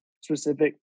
specific